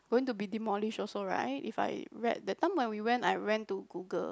going to be demolished also right if I read that time when we went I went to Google